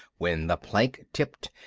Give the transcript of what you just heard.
when the plank tipped,